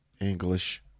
English